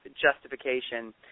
justification